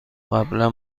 قبلا